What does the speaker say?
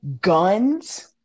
guns